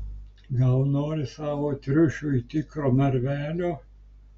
gal nori savo triušiui tikro narvelio